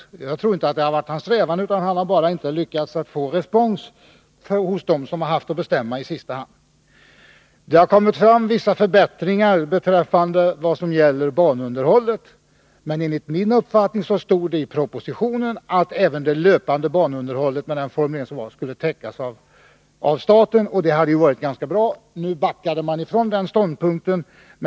Detta har naturligtvis inte varit hans syfte, men han har inte lyckats få respons hos dem som har haft att bestämma i sista hand. Det har kommit fram förslag om vissa förbättringar när det gäller banunderhållet. Enligt min uppfattning innebar emellertid formuleringen i propositionen att även det löpande banunderhållet skulle täckas av staten. Det hade varit ganska bra, men man backade från den ståndpunkten.